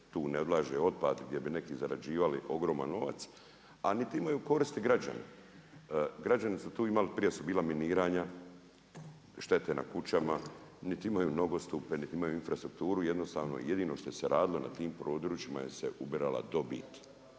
tu ne odlaže otpad, gdje bi neki zarađivali ogroman novac, a niti imaju korist građani. Građani su tu imali, prije su bila miniranja, štete na kućama, niti imaju nogostupe, niti imaju infrastrukturu, jednostavno jedino što se radilo na tim područjima, se je ubirala dobit.